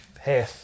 hey